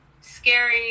scary